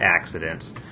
accidents